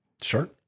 Sure